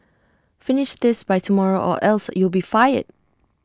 finish this by tomorrow or else you'll be fired